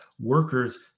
workers